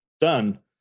done